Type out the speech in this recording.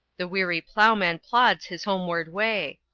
the weary ploughman plods his homeward way.